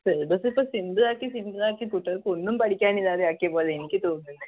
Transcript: syllabus ഇപ്പം simple ആക്കി simple ആക്കി കുട്ടികൾക്ക് ഒന്നും പഠിക്കാൻ ഇല്ലാതാക്കിയത് പോലെയാണ് എനിക്ക് തോന്നുന്നത്